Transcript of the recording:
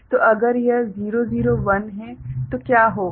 तो अगर यह 001 है तो क्या होगा